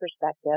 perspective